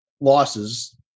losses